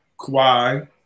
Kawhi